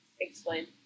Explain